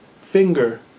finger